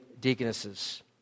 deaconesses